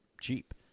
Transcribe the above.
cheap